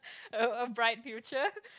a a bright future